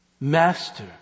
master